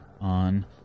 on